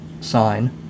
sign